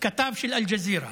כתב של אל-ג'זירה.